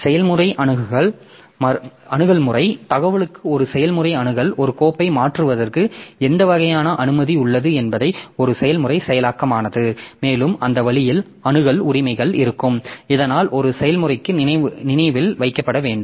செயல்முறை அணுகல் முறை தகவலுக்கு ஒரு செயல்முறை அணுகல் ஒரு கோப்பை மாற்றுவதற்கு எந்த வகையான அனுமதி உள்ளது என்பதை ஒரு செயல்முறை செயலாக்கமானது மேலும் அந்த வழியில் அணுகல் உரிமைகள் இருக்கும் இதனால் ஒரு செயல்முறைக்கு நினைவில் வைக்கப்பட வேண்டும்